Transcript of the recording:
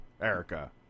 Erica